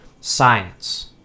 Science